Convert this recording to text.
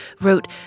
wrote